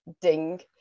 Ding